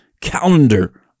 calendar